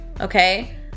Okay